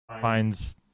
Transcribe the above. finds